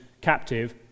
captive